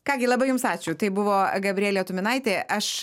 ką gi labai jums ačiū tai buvo gabrielė tuminaitė aš